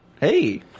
Hey